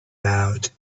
out